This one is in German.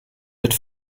mit